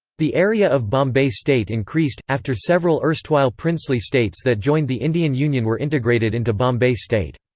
the area of bombay state increased, after several erstwhile princely states that joined the indian union were integrated into bombay state.